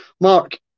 Mark